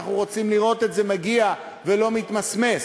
אנחנו רוצים לראות את זה מגיע ולא מתמסמס,